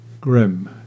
grim